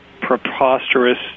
preposterous